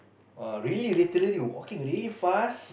ah really little lady walking really fast